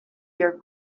your